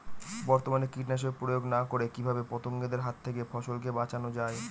বর্তমানে কীটনাশক প্রয়োগ না করে কিভাবে পতঙ্গদের হাত থেকে ফসলকে বাঁচানো যায়?